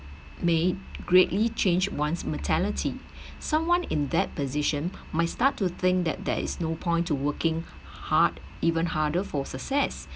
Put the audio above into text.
made greatly changed once mortality someone in that position might start to think that there is no point to working hard even harder for success